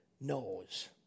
knows